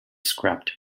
scrapped